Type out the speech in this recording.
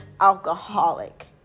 alcoholic